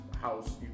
house